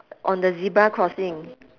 on the zebra crossing